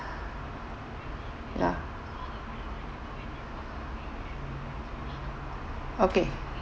ya okay